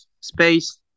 space